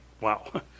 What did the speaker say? wow